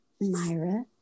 Myra